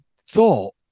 thought